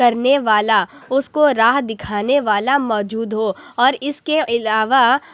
کرنے والا اس کو راہ دکھانے والا موجود ہو اور اس کے علاوہ